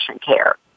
care